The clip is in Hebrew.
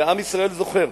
ועם ישראל זוכר.